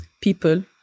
people